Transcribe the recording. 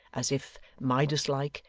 as if, midas-like,